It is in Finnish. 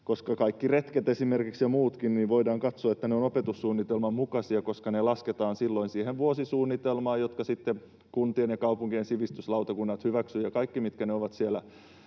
Kaikki retket esimerkiksi ja muutkin voidaan katsoa opetussuunnitelman mukaisiksi, koska ne lasketaan silloin vuosisuunnitelmiin, jotka sitten kuntien ja kaupunkien sivistyslautakunnat hyväksyvät, ja kaikki, mitkä ovat siellä